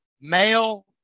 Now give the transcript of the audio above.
male